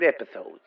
episodes